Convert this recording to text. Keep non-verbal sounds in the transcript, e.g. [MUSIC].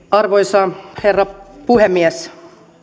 [UNINTELLIGIBLE] arvoisa herra puhemies